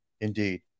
indeed